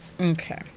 Okay